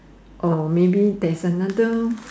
or maybe theres another